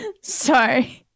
Sorry